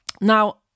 Now